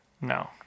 No